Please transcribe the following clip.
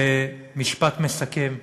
במשפט מסכם: